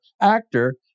actor